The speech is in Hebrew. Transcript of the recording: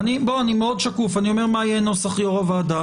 אני מאוד שקוף אומר מה יהיה נוסח יו"ר הוועדה